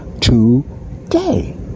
today